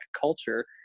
culture